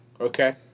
Okay